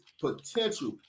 potential